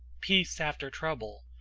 peace after trouble!